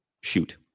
shoot